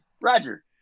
Roger